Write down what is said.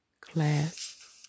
Class